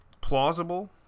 plausible